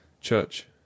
church